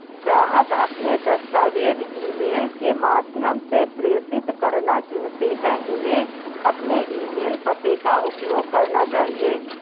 ग्राहक अपने दस्तावेज़ ईमेल के माध्यम से प्रेषित करना चुनते है, उन्हें अपने ईमेल पते का उपयोग करना चाहिए